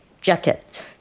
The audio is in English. jacket